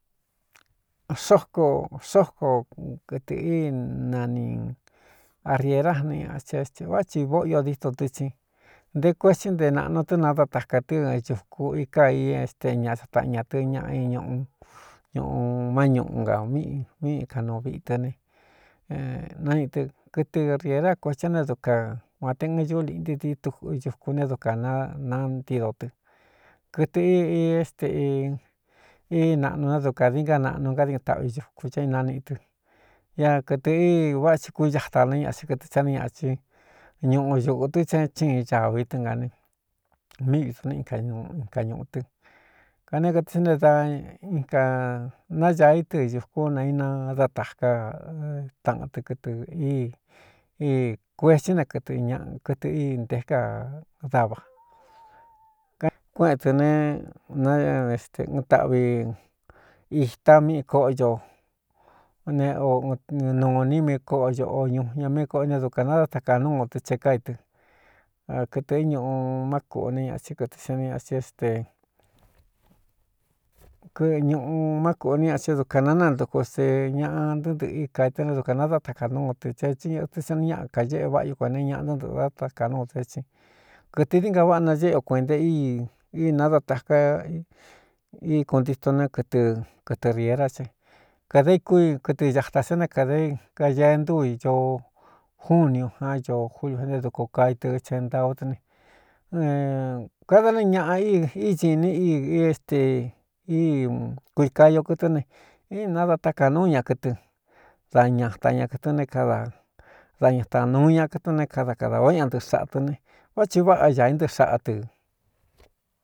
Xóko xóko kɨtɨ̄ꞌ í nani arierá ani ñacsin éste vá thi vóꞌo io díto tɨ́ tsin nté kuetsí nte naꞌnu tɨ́ nadátaka tɨ́ ñūku i ka i esteꞌ ñaꞌ ataꞌan ñā tɨ ñaꞌa ñꞌu ñuꞌu má ñūꞌu nka mꞌ míꞌi ikanuu viꞌtɨ nenaniꞌ tɨ kɨtɨ riera kuetsí a ne duka uā te ɨn ñuú liꞌnti diñuku ne dukān nanantído tɨ kɨtɨ ii i ésteꞌ í naꞌnu né dukā din ga naꞌnu ngádiꞌɨn taꞌvi ñuku ca i naniꞌ tɨ ña kɨtɨ̄ íi vá ti kúiada né ñaꞌa tin kɨtɨ saní ñachin ñuꞌu ñūꞌu tɨ́ tse chíin cāvi tɨ́ ngane míi vido ne in ka ñūꞌu tɨ kane kɨtɨ sá nte da in kā nañaā í tɨ ñūkún nainadátaka taꞌan tɨ kɨtɨ kuetí ne kɨ ñkɨtɨ í nté ka dava kuéꞌēn tɨ ne naeɨɨn taꞌvi ita míꞌi kóꞌo ño ne oɨ nuu nimi koꞌo o o ñu ña míī koꞌo né dukān nadátaka núu dɨ tse káitɨkɨtɨ̄éñūꞌu má kūꞌ n ñatín kɨɨ nñin ée kɨ ñūꞌu mákūꞌní ñaꞌtɨ dukān nanantuku se ñaꞌa ntɨntɨ̄ꞌɨ i kaitɨ né dukān nadátaka núu tɨ tse vtsɨ ñɨꞌɨtɨ́ sani ñaꞌa kaéꞌe váꞌa io kuente ñaꞌa ntɨntɨꞌɨ̄ dátaka núu dɨ tsin kɨtɨ dií nga váꞌa nañéꞌ o kueꞌnte íi í nadá taka í kuntito nɨ kɨtɨ kɨtɨ rierá ca kādā ikú i kɨtɨ ñadā sé né kāda i kañae ntúu oo júni u ján ñoo júñūé nté duku kai tɨ csentaú tɨ ne kada nɨ ñaꞌa íñinni íi i éste kui kayo kɨtɨ́ ne íinadatáka núu ñakɨtɨn da ñata ña kɨ̄tɨ né káda da ñata nūu ñaꞌkɨtúné kada kadā ó éña ntɨ̄ꞌɨ xāꞌa tɨ ne vá thi váꞌa ñāā í ntɨꞌɨ xaꞌa tɨ.